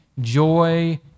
joy